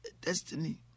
destiny